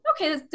okay